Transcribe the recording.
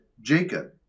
Jacob